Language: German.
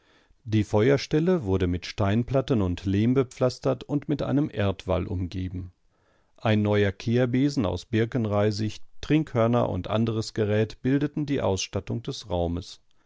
die feuerstelle wurde mit steinplatten und lehm bepflastert und mit einem erdwall umgeben ein neuer kehrbesen aus birkenreisig trinkhörner und anderes gerät bildeten die ausstattung des raumes